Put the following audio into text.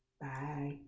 Bye